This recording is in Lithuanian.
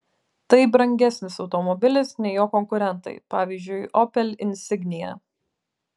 tai brangesnis automobilis nei jo konkurentai pavyzdžiui opel insignia